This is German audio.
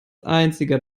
einziger